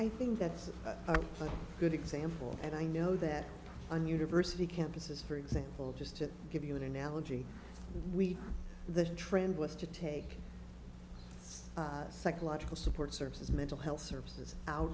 i think that's a good example and i know that on university campuses for example just to give you an analogy we the trend was to take us psychological support services mental health services out